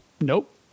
nope